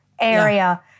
area